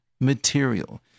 material